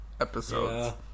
Episodes